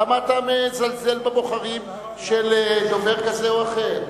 למה אתה מזלזל בבוחרים של דובר כזה או אחר?